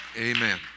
amen